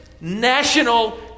national